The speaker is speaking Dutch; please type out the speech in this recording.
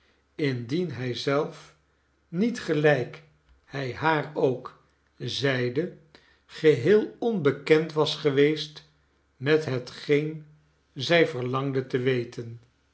indien hij zelf niet gelijk hij haar ook zeide geheel onbekend was geweest met hetgeen zij verlangde te weten